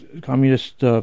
Communist